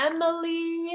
Emily